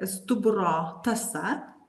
stuburo tąsa